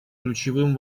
ключевым